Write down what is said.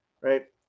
right